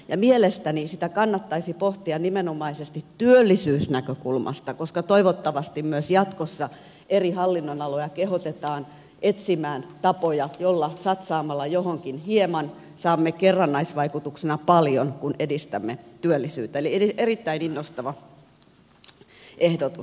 mielestäni sitä kannattaisi pohtia nimenomaisesti työllisyysnäkökulmasta koska toivottavasti myös jatkossa eri hallinnonaloja kehotetaan etsimään tapoja joihin satsaamalla hieman saamme kerrannaisvaikutuksena paljon kun edistämme työllisyyttä eli erittäin innostava ehdotus